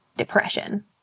depression